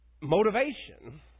motivation